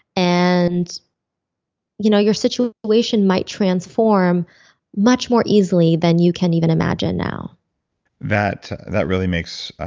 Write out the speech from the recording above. and you know your situation might transform much more easily than you can even imagine now that that really makes,